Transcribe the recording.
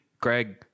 Greg